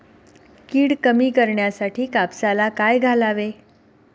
कीड कमी करण्यासाठी कापसात काय घालावे?